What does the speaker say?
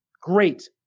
Great